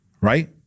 right